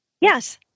Yes